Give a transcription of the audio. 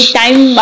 time